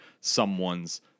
someone's